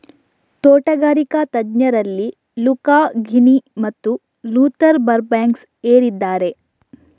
ತೋಟಗಾರಿಕಾ ತಜ್ಞರಲ್ಲಿ Luca Ghini ಮತ್ತು ಲೂಥರ್ ಬರ್ಬ್ಯಾಂಕ್ಸ್ ಏರಿದ್ದಾರೆ